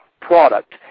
product